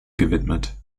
gewidmet